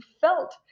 felt